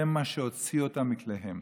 זה מה שהוציא אותם מכליהם.